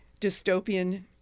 Dystopian